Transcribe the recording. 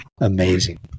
Amazing